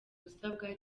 usabwa